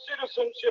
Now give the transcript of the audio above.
citizenship